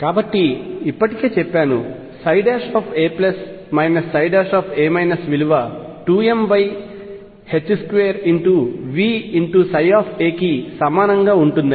కాబట్టినేను ఇప్పటికే చెప్పాను a ψ విలువ 2mV2ψ కి సమానంగా ఉంటుందని